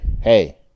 hey